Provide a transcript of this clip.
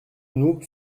nous